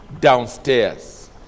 downstairs